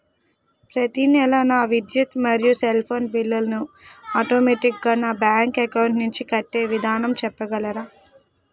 ప్రతి నెల నా విద్యుత్ మరియు సెల్ ఫోన్ బిల్లు ను ఆటోమేటిక్ గా నా బ్యాంక్ అకౌంట్ నుంచి కట్టే విధానం చెప్పగలరా?